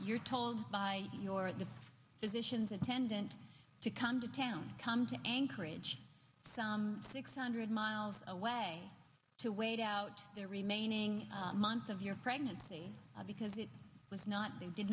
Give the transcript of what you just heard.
you're told by your the physicians attendant to come to town come to anchorage six hundred miles away to wait out the remaining months of your pregnancy because it was not they did